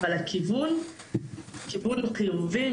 אבל הכיוון הוא חיובי,